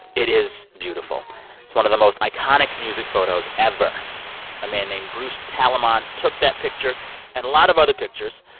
it is beautiful. it's one of the most iconic music photos ever a man named bruce talamon took that picture and a lot of other pictures.